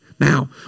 Now